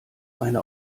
eine